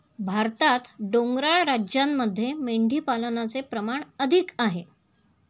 भारतात डोंगराळ राज्यांमध्ये मेंढीपालनाचे प्रमाण अधिक आहे